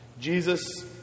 Jesus